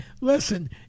listen